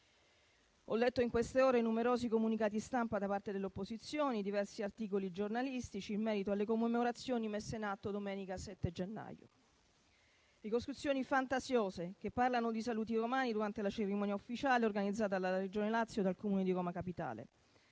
Ho letto in queste ore i numerosi comunicati stampa da parte delle opposizioni, diversi articoli giornalistici in merito alle commemorazioni messe in atto domenica 7 gennaio: ricostruzioni fantasiose che parlano di saluti romani durante la cerimonia ufficiale organizzata dalla Regione Lazio e dal Comune di Roma capitale,